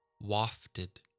wafted